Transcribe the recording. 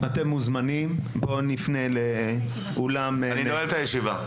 אני נועל את הישיבה.